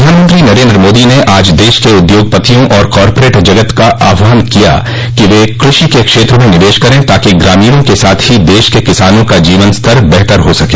प्रधानमंत्री नरेन्द्र मोदी ने आज देश के उद्योगपतियों और कॉरपोरेट जगत का आहवान किया कि वह कृषि के क्षेत्र म निवेश करें ताकि ग्रामीणों के साथ ही देश के किसानों का जीवन स्तर बेहतर हो सके